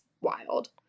wild